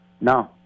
No